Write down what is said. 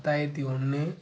பத்தாயிரத்தி ஒன்று